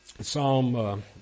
Psalm